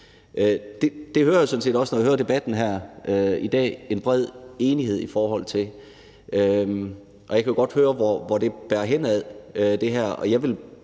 Det hører jeg sådan set også, når jeg hører debatten i dag, at der er en bred enighed om. Jeg kan jo godt høre, hvor det her bærer henad, og jeg